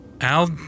Al